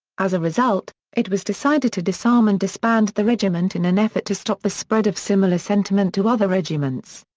as a result, it was decided to disarm and disband the regiment in an effort to stop the spread of similar sentiment to other regiments.